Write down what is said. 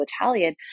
Italian